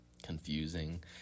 confusing